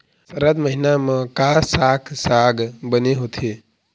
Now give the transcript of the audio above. सरद महीना म का साक साग बने होथे?